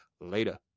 Later